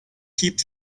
keep